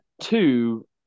Two